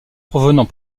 provenant